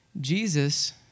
Jesus